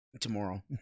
Tomorrow